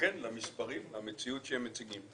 למספרים ולמציאות שהם מציגים.